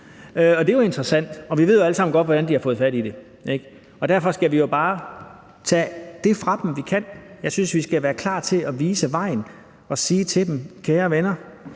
Det er jo interessant. Og vi ved jo alle sammen godt, hvordan de har fået fat i det, ikke? Derfor skal vi jo bare tage det fra dem, vi kan. Jeg synes, vi skal være klar til at vise vejen og sige til dem: Kære venner,